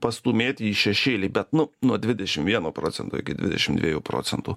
pastūmėti į šešėlį bet nu nuo dvidešim vieno procento iki dvidešim dviejų procentų